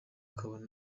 maboko